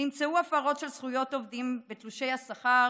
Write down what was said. נמצאו הפרות של זכויות עובדים בתלושי השכר